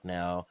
now